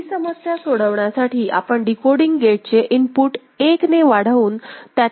ही समस्या सोडवण्यासाठी आपण डिकोडिंग गेट चे इनपुट एकने वाढवून त्याच्यासोबत क्लॉक जोडू शकतो